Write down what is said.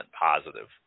positive